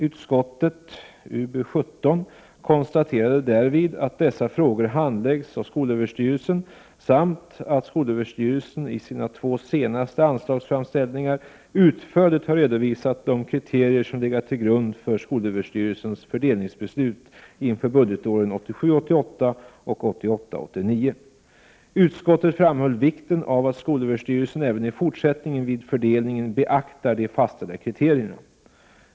Utskottet konstaterade därvid att dessa frågor handläggs av skolöverstyrelsen samt att skolöverstyrelsen i sina två senaste anslagsframställningar utförligt har redovisat de kriterier som legat till grund för skolöverstyrelsens fördelningsbeslut inför budgetåren 1987 89. Utskottet framhöll vikten av att skolöverstyrelsen även i fortsättningen vid 103 fördelningen beaktar de fastställda kriterierna.